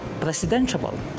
presidential